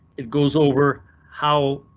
it goes over how,